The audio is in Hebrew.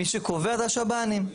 מי שקובע זה השב"נים,